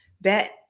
Bet